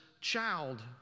child